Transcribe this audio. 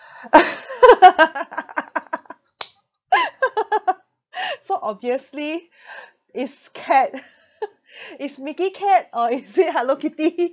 so obviously it's cat is mickey cat or is it hello kitty